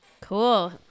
Cool